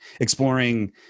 exploring